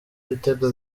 ibitego